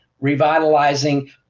revitalizing